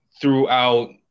throughout